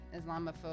islamophobe